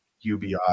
UBI